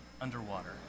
underwater